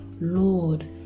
Lord